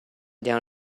down